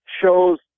shows